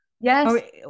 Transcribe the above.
yes